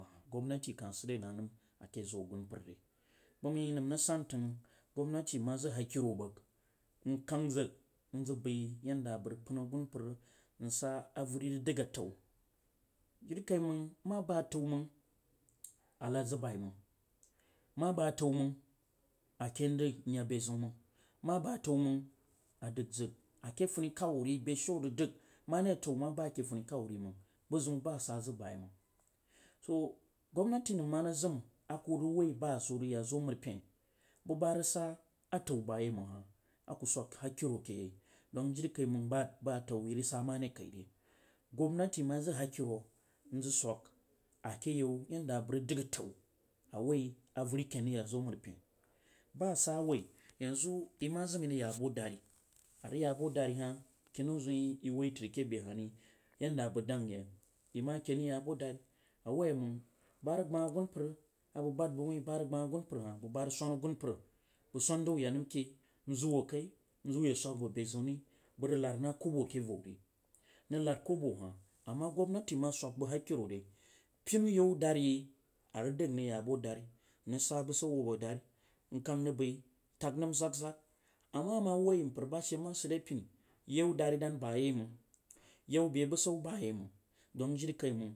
Gwabnati kah sid dah nah nam a keh zo a gunmapr ri mang mang yeh nam rigsan tang gwabnati ma zang hkero bang njanf zang nzang bai yen da a bang rig ban mpar nsah quar rig dang atau jirijauman ma bang atau mang a lad zang bai mang a kan nyeh zang beu zeun manf ma banf atau manf a dang zang a keh funu kaw wuh beshu a rig dang ama da atau manf ma ba keh funi kaw wuh ri mang bu zang ba a sati zang ba yeh manf, to gwabnati nan ma zam ku rig wuh bu zang asah yeh za rig yak zo a mari pan bu ba rig sah ataou ba yeh mang a ku suk hakkeri keh yeh nijikaimang ba ku ma sah gwabnati ma zang hakeri nzang sok a keh yau ba bang rig dang atom a wuti avari kan rih yak zi a mari rig atan a wuh avari kan ri yazo, amari pen ba sah a wuh yeh zanf yeh ma zam a yeh rig yah bu dari a rig yah bu dori hah keh nau zeun yeh wuh tri a keh bei hah ri yen da amang dang yeh wuh tri a keh bei hah ri, yen da amang dan yeh yeh ma ken rigt ya bu duri a wuh manf ba rig gban gunmpar a banf wuh ba rig gbah hun mpar banf ba rig suba gunmpar bang ma san zing wuh yek nam keh sun zanf wuh yaj nam keh bang zang wuh kai nzaang wuh yak nam keh bang zang wuh kai nzəng wuh yej suk a bo nrig laf kobo dari yeh a rig dang urig yah ba dari nrig sah bushu wuh abo dari nkang rig bai tag nam zag zag, ama ma wuh mpar ba she ma sid re pani yu dari dang ba yeh mang yaun bei bushu ba yeh mang dun jirikaimang